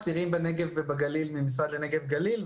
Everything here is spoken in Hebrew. צעירים בנגב ובגליל מקבלים מן המשרד לנגב ולגליל,